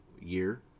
year